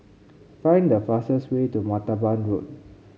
find the fastest way to Martaban Road